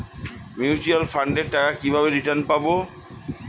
Mutual ফান্ডের টাকা কিভাবে রিটার্ন পাব?